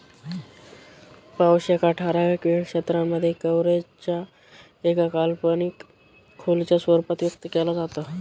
पाऊस एका ठराविक वेळ क्षेत्रांमध्ये, कव्हरेज च्या एका काल्पनिक खोलीच्या रूपात व्यक्त केला जातो